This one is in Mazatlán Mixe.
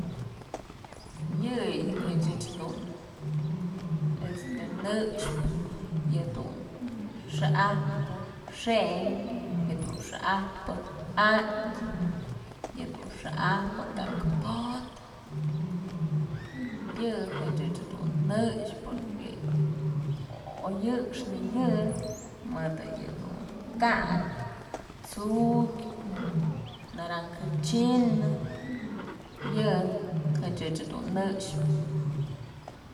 Yëyëch ëch dun jëxpë yëdun xa'ajpë xënkyë, yëdun xa'ajpë atyë, yëdun xa'ajpë ka'ak podë, yë ëch dun jëxpë porque oy jëxnë yë mëdë yëdun ka'ak, tsu'ukyë, naranja china, yë ëch dun jëxpë.